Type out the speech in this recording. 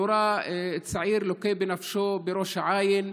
נורה צעיר לוקה בנפשו בראש העין,